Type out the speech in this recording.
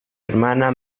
hermana